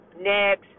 next